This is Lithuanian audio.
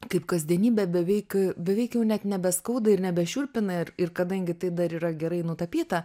kaip kasdienybė beveik beveik jau net nebeskauda ir nebešiurpina ir ir kadangi tai dar yra gerai nutapyta